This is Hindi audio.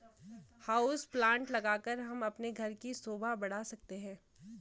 हाउस प्लांट लगाकर हम अपने घर की शोभा बढ़ा सकते हैं